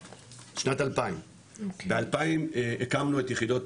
שנת 2000. ב2000 הקמנו את יחידות,